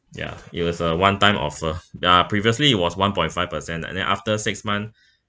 ya it was a one time offer ya previously it was one point five percent and then after six month